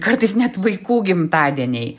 kartais net vaikų gimtadieniai